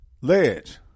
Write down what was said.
Ledge